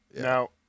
Now